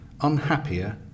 unhappier